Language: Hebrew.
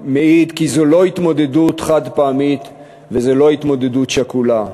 מעיד כי זו לא התמודדות חד-פעמית וזו לא התמודדות שקולה.